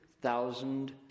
thousand